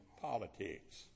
politics